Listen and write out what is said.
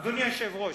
אדוני היושב-ראש,